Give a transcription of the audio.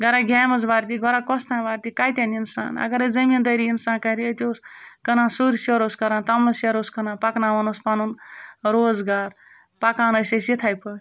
گَرا گیمٕز وَردی گَرا کۄستانۍ وَردی کَتہِ اَنہِ اِنسان اگر أسۍ زٔمیٖندٲری اِنسان کَرِ ییٚتہِ اوس کٕنان سُر سیوٚر اوس کٕنان توٚملہٕ سیر اوس کٕنان پَکناوان اوس پَنُن روزگار پَکان ٲسۍ أسۍ یِتھَے پٲٹھۍ